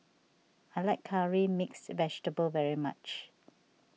I like Curry Mixed Vegetable very much